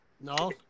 No